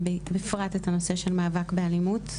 ובפרט את הנושא של מאבק באלימות.